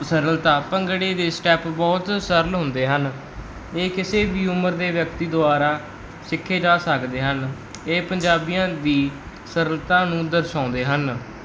ਸਰਲਤਾ ਭੰਗੜੇ ਦੇ ਸਟੈੱਪ ਬਹੁਤ ਸਰਲ ਹੁੰਦੇ ਹਨ ਇਹ ਕਿਸੇ ਵੀ ਉਮਰ ਦੇ ਵਿਅਕਤੀ ਦੁਆਰਾ ਸਿੱਖੇ ਜਾ ਸਕਦੇ ਹਨ ਇਹ ਪੰਜਾਬੀਆਂ ਦੀ ਸਰਲਤਾ ਨੂੰ ਦਰਸਾਉਂਦੇ ਹਨ